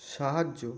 সাহায্য